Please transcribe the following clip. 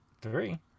Three